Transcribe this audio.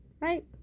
Right